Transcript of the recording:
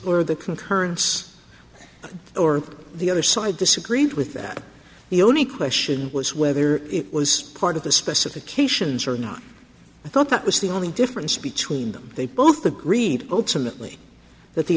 or the concurrence or the other side disagreed with that the only question was whether it was part of the specifications or not i thought that was the only difference between them they both agreed ultimately that the